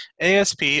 ASP